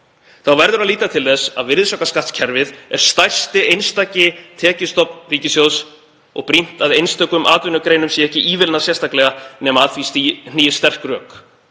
Þá verður að líta til þess að virðisaukaskattskerfið er stærsti einstaki tekjustofn ríkissjóðs og brýnt að einstökum atvinnugreinum sé ekki ívilnað sérstaklega nema að því hnígi sterk rök.